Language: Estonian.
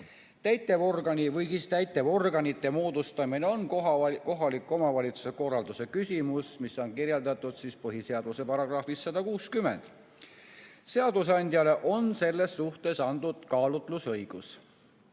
Täitevorgani või täitevorganite moodustamine on kohaliku omavalitsuse korralduse küsimus, mis on kirjeldatud põhiseaduse §-s 160. Seadusandjale on selles suhtes antud kaalutlusõigus.